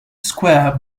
square